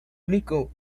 único